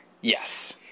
Yes